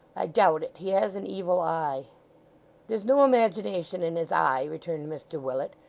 i doubt it. he has an evil eye there's no imagination in his eye returned mr willet,